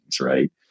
right